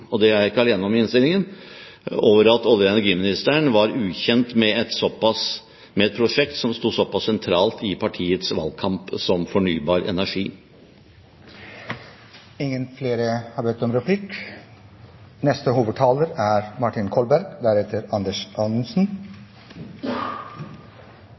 til grunn. Men jeg tillot meg å gi uttrykk for undring – og det er jeg ikke alene om i innstillingen – over at olje- og energiministeren var ukjent med et prosjekt som sto såpass sentralt i partiets valgkamp som fornybar energi. Replikkordskiftet er